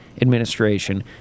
administration